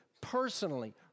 personally